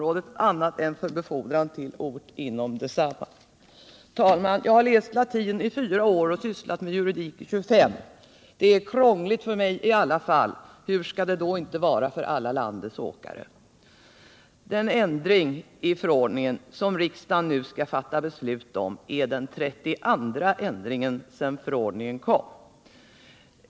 Men detta är krångligt för mig i alla fall. Hur skall det då inte vara för alla landets åkare? Den ändringen i förordningen som riksdagen nu skall fatta beslut om är den 32:a ändringen sedan förordningen kom.